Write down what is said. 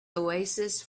oasis